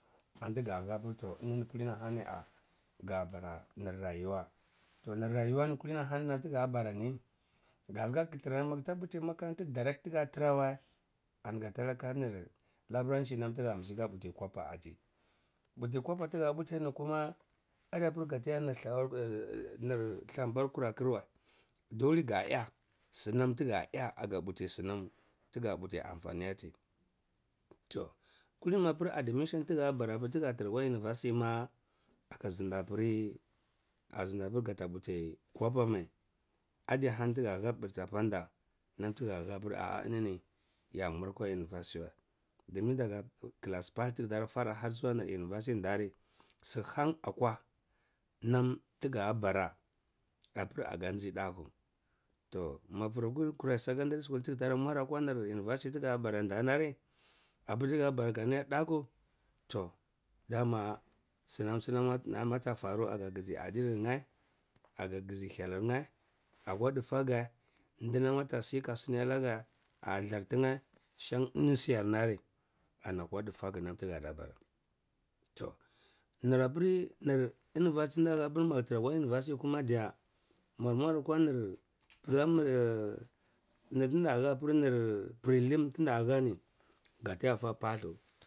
Antiga hah pir toh enini kulini hani ah ga bara nir rayuwa, toh nir rayuwa nam ti kulini bara ni nam ti ga bara-ni ganga kitir ni ma, magadi puti makarante direct namti ga tireweh ani ga tarar nir leburanchi nawn tiga mizi ahga puti kwapa ati, puti kwapa nam tiga putini kuma adi apir ga nir sambar kurwa, dunga nyah sinam tiga nyah aga puti sinam tiga puti anfani ati. Toh kubini mapir adimission tiga bara apir tiga tirah akwa university ma aga zindi appiri… aga zindi apir gata puti kwepa mai, adi ahan tiga pirti ahanda nam tiga hah-pir ahah enini yam war akwa university wa, dumin daga class part ni tita fara har zuwa nir universitin darri, st. han akwa nam tiga bara appir agaji dakwu toh mapir gkurai secondary shool tigeh tara mur akwa university nan tiga baran danini appir tiga agya dakwu, toh dama sinam sinam ti ateh faru aga ngzi adinirny’a, aga ngzi hyelir yeh akwa chifaga, ndinam atasi za talega ah zlar tinyeh shan eni siyar nari ani akwa difagu nam tiga baa. Toh nir apir… nir tira akwa university kuma diya magmur akwa nir mur akwa nir… nam tida nah pir nir… prelim nam tida hahni gata yah fa paldu.